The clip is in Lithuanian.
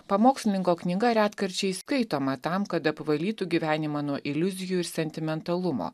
pamokslininko knyga retkarčiais skaitoma tam kad apvalytų gyvenimą nuo iliuzijų ir sentimentalumo